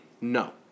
No